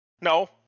No